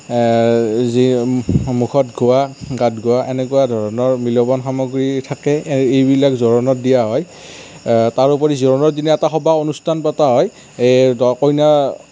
যেনে মুখত ঘঁহা গাত ঘঁহা এনেকুৱা ধৰণৰ বিলোবন সামগ্ৰী থাকে এইবিলাক জোৰোণত দিয়া হয় তাৰোপৰি জোৰোণৰ দিনা এটা সবাহ অনুষ্ঠান পতা হয় এই কইনা